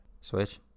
switch